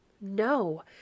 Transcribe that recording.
No